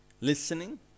Listening